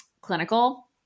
clinical